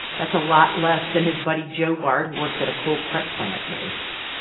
that's a lot less than his buddy joe bart, who works at a coal prep plant, makes.